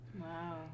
wow